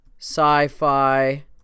Sci-Fi